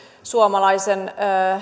suomalaisen